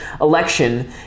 election